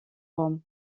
rome